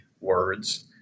words